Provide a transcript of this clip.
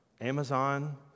Amazon